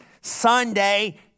Sunday